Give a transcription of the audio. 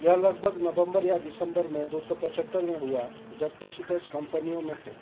यह लगभग नवम्बर या दिसम्बर में दो सौ पचहत्तर में हुआ जब टैसिटस कैम्पनियाें में थे